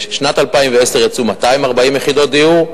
בשנת 2010 יצאו 240 יחידות דיור,